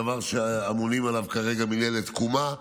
דבר שכרגע אמונה עליו מינהלת תקומה.